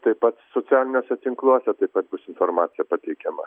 taip pat socialiniuose tinkluose taip pat bus informacija pateikiama